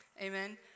Amen